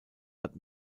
hat